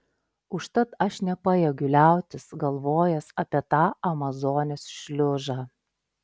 užtat aš nepajėgiu liautis galvojęs apie tą amazonės šliužą